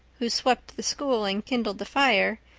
who swept the school and kindled the fire,